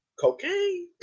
Cocaine